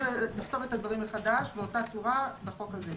או לכתוב את הדברים מחדש באותה צורה בחוק הזה.